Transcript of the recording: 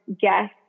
guess